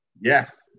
Yes